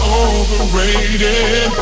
overrated